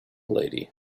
lady